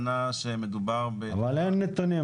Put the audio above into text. אבל אין נתונים.